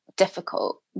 difficult